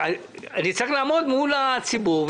מה הסיבות.